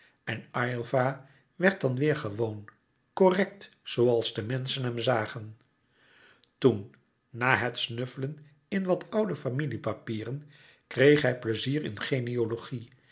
aylva werd dan weêr gewoon correct zooals de menschen hem zagen toen na het snuffelen in wat oude familie-papieren kreeg hij pleizier in genealogie